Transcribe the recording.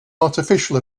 artificial